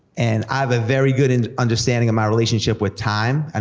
and i have a very good and understanding of my relationship with time, and